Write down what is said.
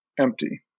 empty